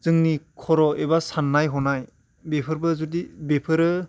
जोंनि खर' एबा सान्नाय हनाय बेफोरबो जुदि बेफोरो